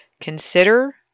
Consider